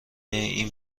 این